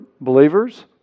believers